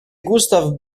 gustav